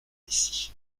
ici